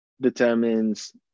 determines